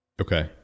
Okay